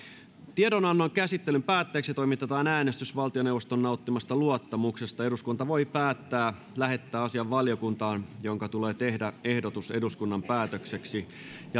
tiedonannon käsittelyn päätteeksi toimitetaan äänestys valtioneuvoston nauttimasta luottamuksesta eduskunta voi päättää lähettää asian valiokuntaan jonka tulee tehdä ehdotus eduskunnan päätökseksi